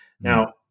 Now